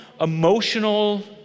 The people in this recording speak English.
emotional